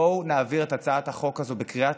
בואו נעביר את הצעת החוק הזו בקריאה